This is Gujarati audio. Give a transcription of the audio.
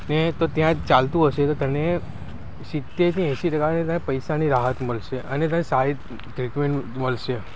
તે તો ત્યાં ચાલતું હશે તો તને સિત્તેરથી એંશી ટકાની તારા પૈસાની રાહત મળશે અને તને સારી ત્રીતમેન્ટ મળશે